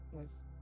Yes